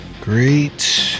Great